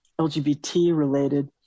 LGBT-related